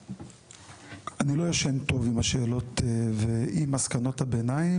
אני לא ישן טוב עם השאלות ועם מסקנות הביניים,